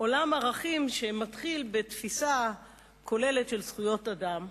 עולם ערכים שמתחיל בתפיסה כוללת של זכויות אדם,